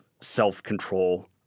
self-control